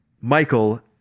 michael